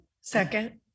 Second